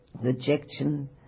rejection